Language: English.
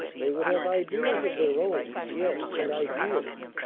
they would have ideas of their own, yes, and ideals.